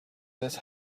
this